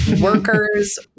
workers